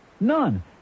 none